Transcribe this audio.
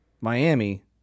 Miami